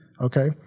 Okay